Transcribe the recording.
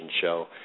show